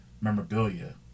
memorabilia